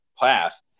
path